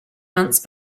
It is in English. months